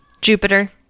Jupiter